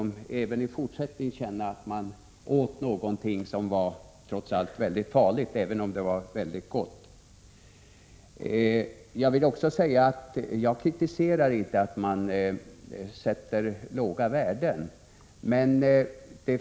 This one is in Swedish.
Man skulle även i fortsättningen känna att man åt någonting 7november 1986 som trots allt var farligt, även om det var mycket gott. Vidare vill jag säga att. a jag inte kritiserar att man sätter låga värden.